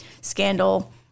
Scandal